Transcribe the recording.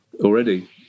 already